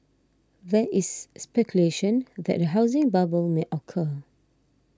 there is speculation that a housing bubble may occur